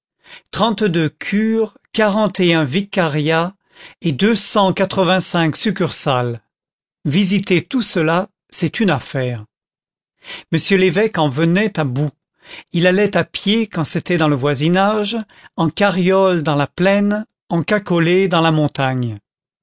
trente-deux cures quarante et un vicariats et deux cent quatre-vingt-cinq succursales visiter tout cela c'est une affaire m l'évêque en venait à bout il allait à pied quand c'était dans le voisinage en carriole dans la plaine en cacolet dans la montagne